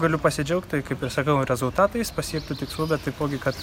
galiu pasidžiaugt tai kaip ir sakau rezultatais pasiektu tikslu bet taipogi kad